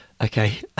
Okay